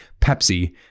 Pepsi